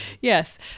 yes